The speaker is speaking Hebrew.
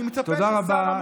אני מצפה ששר המורשת, תודה רבה.